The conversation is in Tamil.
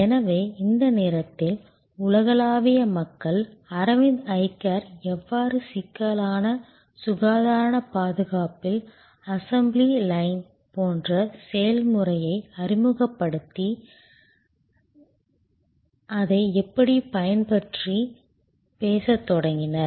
எனவே இந்த நேரத்தில் உலகளாவிய மக்கள் அரவிந்த் ஐ கேர் எவ்வாறு சிக்கலான சுகாதாரப் பாதுகாப்பில் அசெம்பிளி லைன் போன்ற செயல்முறையை அறிமுகப்படுத்தியது என்பதைப் பற்றி பேசத் தொடங்கினர்